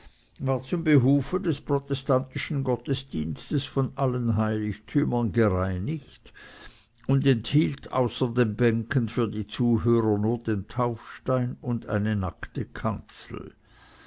war zum behufe des protestantischen gottesdienstes von allen heiligtümern gereinigt und enthielt außer den bänken für die zuhörer nur den taufstein und eine nackte kanzel